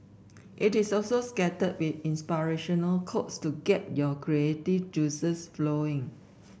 it is also scattered with inspirational quotes to get your creative juices flowing